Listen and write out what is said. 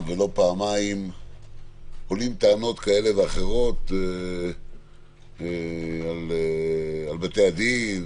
ולא פעמיים עולות טענות כאלו ואחרות על בתי הדין,